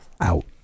Out